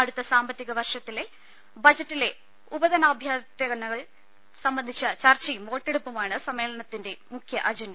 അടുത്ത സാമ്പത്തിക വർഷത്തെ ബജറ്റിലെ ഉപധനാഭ്യർഥനകൾ സംബന്ധിച്ച ചർച്ചയും വോട്ടെടുപ്പുമാണ് സമ്മേളനത്തിന്റെ മുഖ്യ അജണ്ട